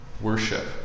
worship